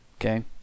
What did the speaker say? okay